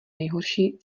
nejhorší